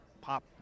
pop